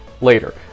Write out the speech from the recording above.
later